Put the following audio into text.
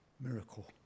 miracle